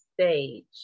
stage